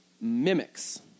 mimics